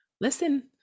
listen